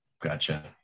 Gotcha